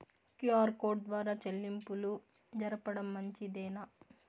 QR code ద్వారా చెల్లింపులు జరపడం మంచిదేనా?